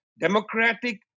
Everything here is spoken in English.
democratic